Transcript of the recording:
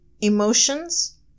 emotions